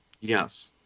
Yes